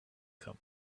come